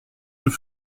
nous